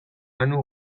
banu